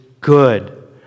good